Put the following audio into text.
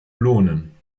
lohnen